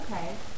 Okay